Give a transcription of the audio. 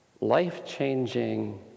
life-changing